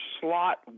slot